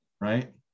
right